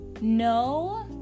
no